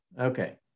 okay